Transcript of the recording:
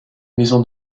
maisons